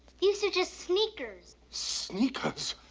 these are just sneakers. sneakers?